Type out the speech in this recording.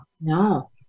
No